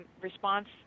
response